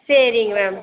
சரிங்க மேம்